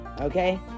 okay